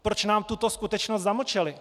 Proč nám tuto skutečnost zamlčeli?